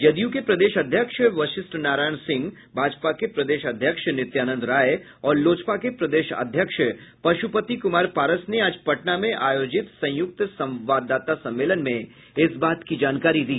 जदयू के प्रदेश अध्यक्ष वशिष्ठ नारायण सिंह भाजपा के प्रदेश अध्यक्ष नित्यानंद राय और लोजपा के प्रदेश अध्यक्ष पशुपति कुमार पारस ने आज पटना में आयोजित संयुक्त संवाददाता सम्मेलन में इस बात की जानकारी दी